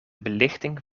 belichting